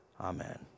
Amen